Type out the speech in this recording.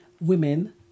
women